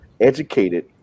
educated